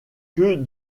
que